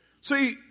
See